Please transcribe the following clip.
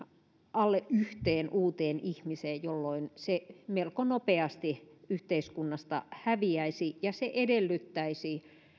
alle yhteen uuteen ihmiseen jolloin se melko nopeasti yhteiskunnasta häviäisi se edellyttäisi